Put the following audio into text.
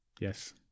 Yes